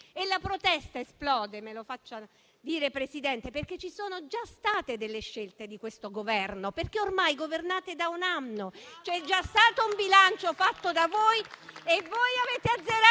La protesta esplode - me lo faccia dire, Presidente - perché ci sono già state delle scelte di questo Governo, visto che ormai governate da un anno. C'è già stato un bilancio fatto da voi e voi avete azzerato